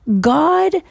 God